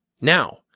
Now